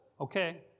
Okay